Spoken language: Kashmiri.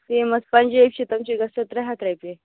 تہٕ یِم اسہِ پنجٲبۍ چھِ تِم چھِ گژھان ترےٚ ہتھ رۄپیہِ